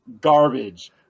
Garbage